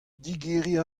digeriñ